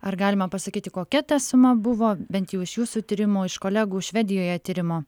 ar galima pasakyti kokia ta suma buvo bent jau iš jūsų tyrimo iš kolegų švedijoje tyrimo